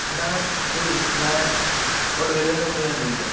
എന്നാൽ ശരി ഞാന് അങ്ങോട്ട് വരുന്നതിനുമുമ്പ് ഞാൻ വിളിക്കാം